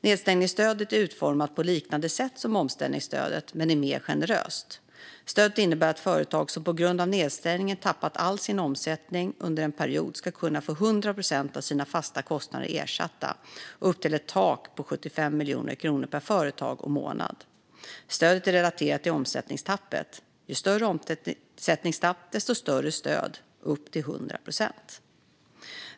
Nedstängningsstödet är utformat på liknande sätt som omställningsstödet men är mer generöst. Stödet innebär att företag som på grund av nedstängning har tappat all sin omsättning under en period ska kunna få 100 procent av sina fasta kostnader ersatta, upp till ett tak på 75 miljoner kronor per företag och månad. Stödet är relaterat till omsättningstappet - ju större omsättningstapp, desto större stöd, upp till 100 procent.